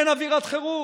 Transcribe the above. אין אווירת חירום.